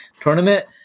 tournament